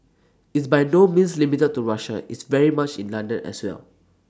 it's by no means limited to Russia it's very much in London as well